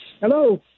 Hello